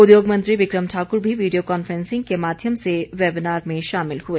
उद्योग मंत्री विक्रम ठाकुर भी वीडियो कांफ्रेंसिंग के माध्यम से वेबीनार में शामिल हुए